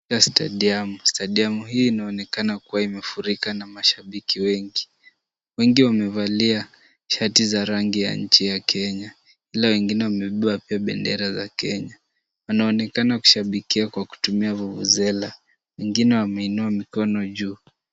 Katika stadium . stadium hii inaonekana kuwa imefurika na mashabiki wengi. Wengi wamevalia shati za rangi ya nchi ya Kenya ila wengine wabeba pia bendera za Kenya. Wanaonekana kushabikia kwa kutumia vuvuzela wengine wameinua mikono juu.